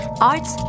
Arts